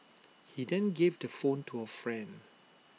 he then gave the phone to A friend